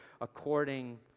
according